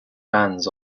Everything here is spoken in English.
bans